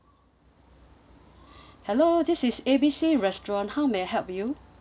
hello this is A B C restaurant how may I help you